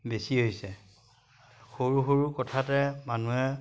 বেছি হৈছে সৰু সৰু কথাতে মানুহে